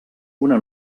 una